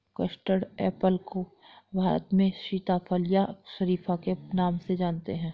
custard apple को भारत में सीताफल या शरीफा के नाम से जानते हैं